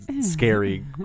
scary